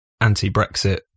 anti-Brexit